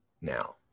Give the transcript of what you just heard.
now